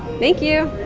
thank you